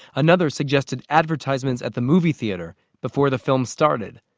another suggested advertisements at the movie theater before the film started.